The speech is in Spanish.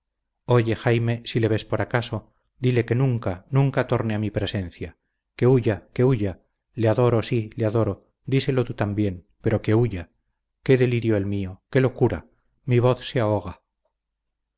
oye jaime si le ves por acaso dile que nunca nunca torne a mi presencia que huya que huya le adoro sí le adoro díselo tú también pero que huya qué delirio el mío qué locura mi voz se ahoga